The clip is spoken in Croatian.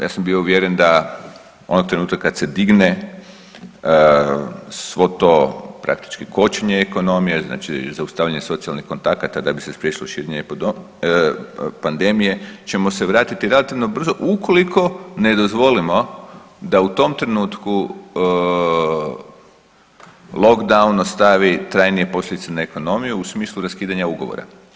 Ja sam bio uvjeren da onog trenutka kad se digne svo to praktički kočenje ekonomije, znači zaustavljanje socijalnih kontakata da bi spriječilo širenje pandemije ćemo se vratiti relativno brzo ukoliko ne dozvolimo da u tom trenutku lockdown ostavi trajnije posljedice na ekonomiju u smislu raskidanja ugovora.